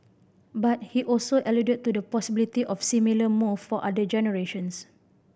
but he also alluded to the possibility of similar move for other generations